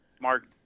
Mark